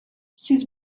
siz